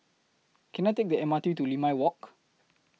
Can I Take The M R T to Limau Walk